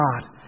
God